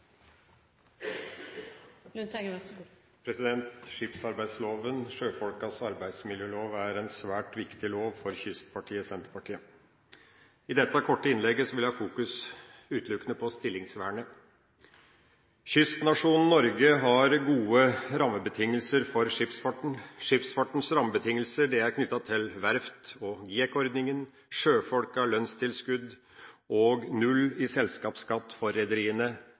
Skipsarbeidsloven, sjøfolkas arbeidsmiljølov, er en svært viktig lov for kystpartiet Senterpartiet. I dette korte innlegget vil jeg fokusere utelukkende på stillingsvernet. Kystnasjonen Norge har gode rammebetingelser for skipsfarten. Skipsfartens rammebetingelser er knyttet til verft og GIEK-ordninga, sjøfolkas lønnstilskudd og null i selskapsskatt for rederiene.